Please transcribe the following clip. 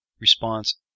response